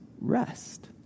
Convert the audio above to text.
rest